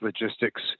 Logistics